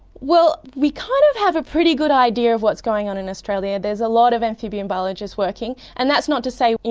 well, we kind of have a pretty good idea of what's going on in australia. there are a lot of amphibian biologists working, and that's not to say. you